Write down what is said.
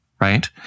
Right